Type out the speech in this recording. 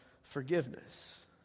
Forgiveness